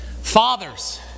fathers